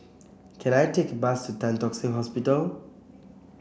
can I take a bus Tan Tock Seng Hospital